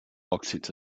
òxids